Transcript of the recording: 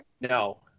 No